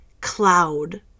cloud